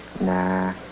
Nah